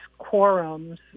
quorums